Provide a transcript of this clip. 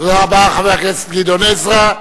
תודה רבה, חבר הכנסת גדעון עזרא.